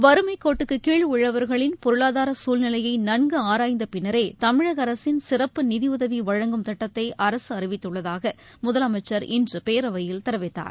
வறுமைக்கோட்டுக்குகீழ் உள்ளவர்களின் பொருளாதார சூழ்நிலையை நன்கு ஆராய்ந்த பின்னரேதமிழக அரசின் சிறப்பு நிதியுதவி வழங்கும் திட்டத்தை அரசு அறிவித்துள்ளதாக முதலமைச்சர் இன்று பேரவையில் தெரிவித்தார்